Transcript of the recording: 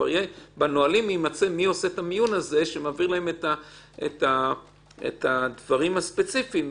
בנהלים יימצא מי עושה את המיון לגבי הדברים הספציפיים.